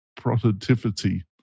productivity